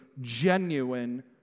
genuine